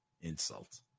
Insult